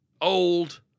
old